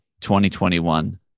2021